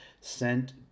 sent